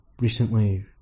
recently